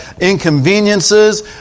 inconveniences